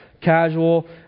casual